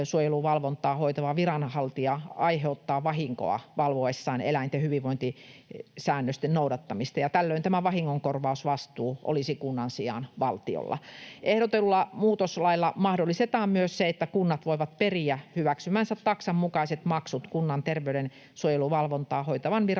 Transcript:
terveydensuojeluvalvontaa hoitava viranhaltija aiheuttaa vahinkoa valvoessaan eläinten hyvinvointisäännösten noudattamista, ja tällöin tämä vahingonkorvausvastuu olisi kunnan sijaan valtiolla. Ehdotetulla muutoslailla mahdollistetaan myös se, että kunnat voivat periä hyväksymänsä taksan mukaiset maksut kunnan terveydensuojeluvalvontaa hoitavan viranhaltijan